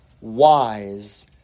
wise